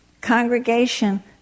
congregation